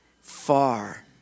far